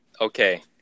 Okay